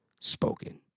spoken